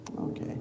Okay